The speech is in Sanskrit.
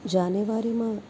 जानेवारि मा